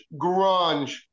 grunge